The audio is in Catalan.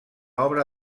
obra